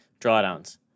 drawdowns